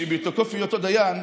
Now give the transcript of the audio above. שבתוקף היותו דיין,